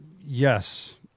Yes